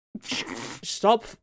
Stop